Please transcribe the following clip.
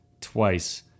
twice